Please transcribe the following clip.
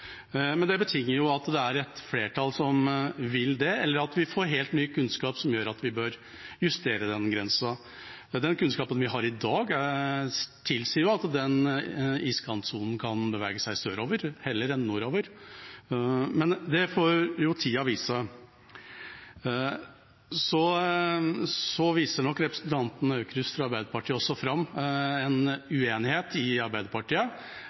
men det betinger at det er et flertall som vil det, eller at vi får helt ny kunnskap som gjør at vi bør justere denne grensa. Den kunnskapen vi har i dag, tilsier at iskantsonen kan bevege seg sørover heller enn nordover. Men det får jo tida vise. Så viser nok representanten Aukrust fra Arbeiderpartiet også fram en uenighet i Arbeiderpartiet